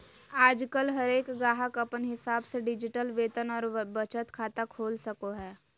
आजकल हरेक गाहक अपन हिसाब से डिजिटल वेतन और बचत खाता खोल सको हय